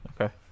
Okay